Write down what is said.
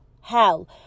hell